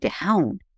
down